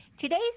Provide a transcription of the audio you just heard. Today's